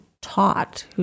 taught